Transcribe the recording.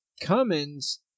Cummins